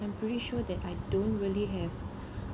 I'm pretty sure that I don't really have